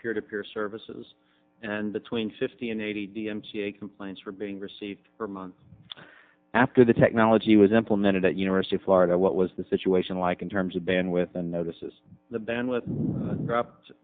peer to peer services and between fifty and eighty d m c a complaints were being received for months after the technology was implemented at university of florida what was the situation like in terms of been with the notices the ban with dropped